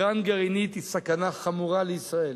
אירן גרעינית היא סכנה חמורה לישראל.